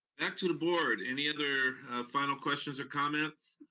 back to the board, any other final questions or comments?